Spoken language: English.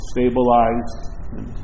Stabilized